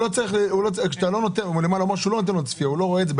נאמר שלא מאפשרים צפייה, הוא לא רואה את זה.